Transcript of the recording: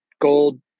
gold